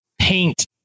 paint